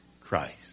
Christ